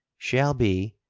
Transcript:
shall be,